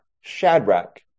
Shadrach